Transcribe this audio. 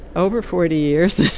over forty years.